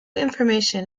information